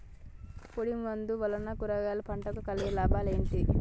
పొడిమందు వలన కూరగాయల పంటకు కలిగే లాభాలు ఏంటిది?